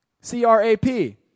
C-R-A-P